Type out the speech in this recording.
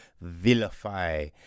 vilify